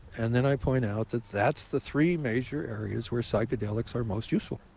and then i point out that that's the three major areas where psychedelics are most useful.